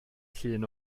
llun